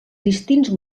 distints